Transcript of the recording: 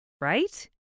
right